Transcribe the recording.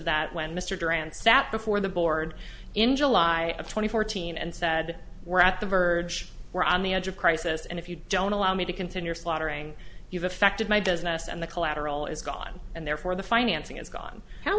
that when mr duran sat before the board in july of twenty fourteen and said we're at the verge we're on the edge of crisis and if you don't allow me to continue slaughtering you've affected my business and the collateral is gone and therefore the financing is gone how